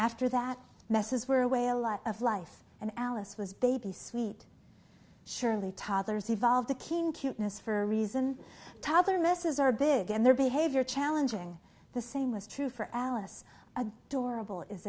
after that messes were away a lot of life and alice was baby sweet surely toddlers evolve the king cuteness for a reason toddler messes are big and their behavior challenging the same was true for alice adorable is